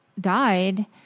Died